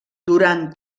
durant